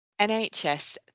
nhs